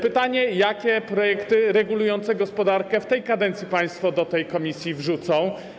Pytania: Jakie projekty regulujące gospodarkę w tej kadencji państwo do tej komisji wrzucą?